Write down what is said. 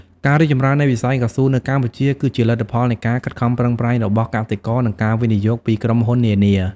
ការរីកចម្រើននៃវិស័យកៅស៊ូនៅកម្ពុជា គឺជាលទ្ធផលនៃការខិតខំប្រឹងប្រែងរបស់កសិករ និងការវិនិយោគពីក្រុមហ៊ុននានា។